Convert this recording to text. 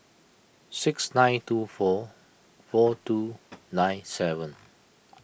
six nine two four four two nine seven